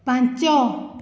ପାଞ୍ଚ